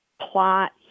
plot